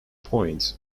point